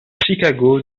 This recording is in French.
chicago